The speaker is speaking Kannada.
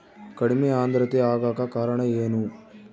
ಕಡಿಮೆ ಆಂದ್ರತೆ ಆಗಕ ಕಾರಣ ಏನು?